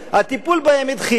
הטיפול בהם התחיל מזמן,